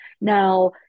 Now